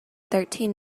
thirteen